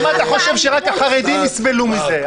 למה אתה חושב שרק החרדים יסבלו מזה?